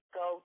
go